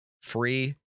free